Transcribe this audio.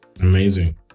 Amazing